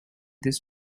this